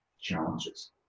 challenges